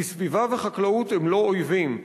כי סביבה וחקלאות הן לא אויבים,